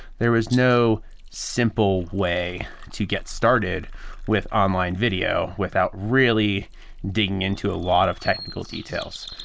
there was no simple way to get started with online video without really digging into a lot of technical details.